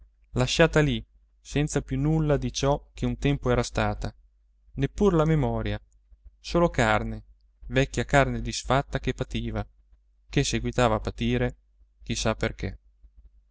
lasciata lì senza più nulla di ciò che un tempo era stata neppur la memoria sola carne vecchia carne disfatta che pativa che seguitava a patire chi sa perché